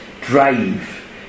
drive